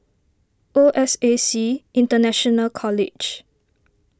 O S A C International College